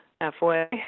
Halfway